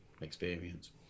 experience